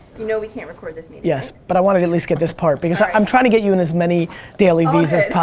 know we can't record this meeting. yes. but i wanted to at least get this part because i'm trying to get you in as many dailyvees as